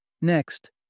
Next